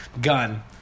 gun